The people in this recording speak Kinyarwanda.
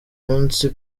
munsi